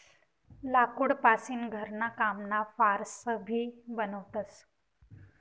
लाकूड पासीन घरणा कामना फार्स भी बनवतस